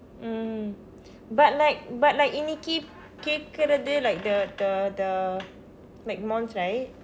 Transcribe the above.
mm but like but like இன்றைக்கு கேட்குறது:inraikku keekurathu like the the the mcmanus right